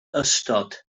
ystod